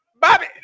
bobby